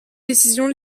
décision